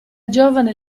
giovane